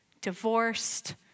divorced